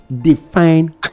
define